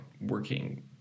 working